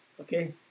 Okay